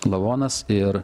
lavonas ir